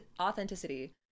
authenticity